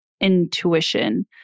intuition